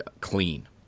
clean